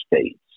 states